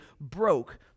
broke